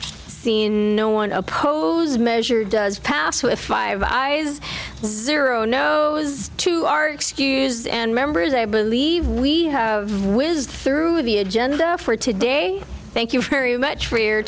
seen no one oppose measure does pass with five eyes zero no as to our excuse and members i believe we have risen through the agenda for today thank you very much for your